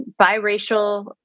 biracial